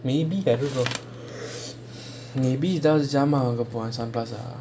maybe I don't know maybe எதாவுது ஜாமான் வாங்க போவேன்:ethaavuthu jaaman vaanga povaen